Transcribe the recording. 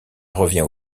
revient